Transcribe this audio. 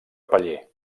paller